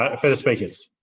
ah further speakers